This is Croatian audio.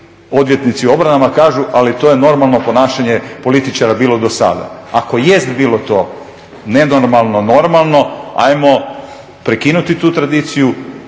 odvjetnici u obranama kažu ali to je normalno ponašanje političara bilo do sada. Ako jest bilo to nenormalno, normalno ajmo prekinuti tu tradiciju